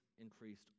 increased